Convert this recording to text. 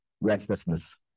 restlessness